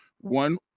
one